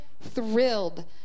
thrilled